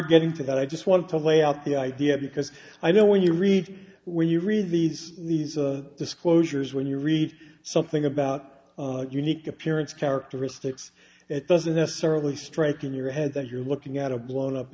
getting to that i just want to lay out the idea because i don't when you read when you read these these disclosures when you read something about unique appearance characteristics it doesn't necessarily strike in your head that you're looking at a blown up